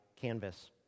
canvas